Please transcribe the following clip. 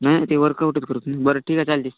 नाही ते वर्कआउटच करतो बरं ठीक आहे चालेल